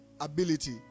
ability